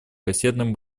кассетным